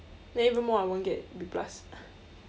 then even more I won't get B plus